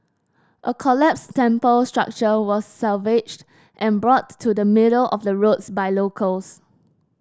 a collapsed temple structure was salvaged and brought to the middle of the roads by locals